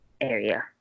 area